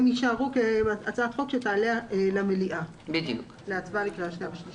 הם יישארו כהצעת חוק שתעלה למליאה להצבעה לקריאה שנייה ושלישית.